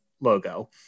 logo